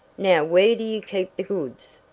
now where do you keep the goods?